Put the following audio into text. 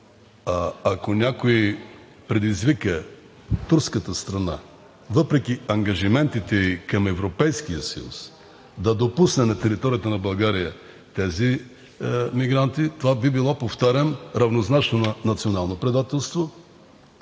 ако някой предизвика турската страна, въпреки ангажиментите й към Европейския съюз да допусне на територията на България тези мигранти. Това би било, повтарям, равнозначно на национално предателство.